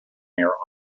their